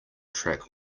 track